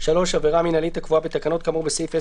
(3)עבירה מינהלית הקבועה בתקנות כאמור בסעיף 10(ב)(1)